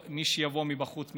מי שיבוא מבחוץ,